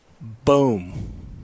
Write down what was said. boom